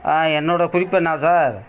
ஆ என்னோடய குறிப்பு எண்ணா சார்